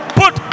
put